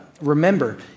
remember